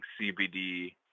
CBD